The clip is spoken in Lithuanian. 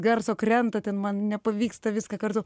garso krenta ten man nepavyksta viską kartu